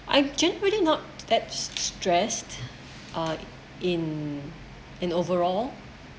I can't really not that stressed uh in in overall